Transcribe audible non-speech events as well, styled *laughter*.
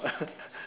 *noise*